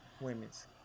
women's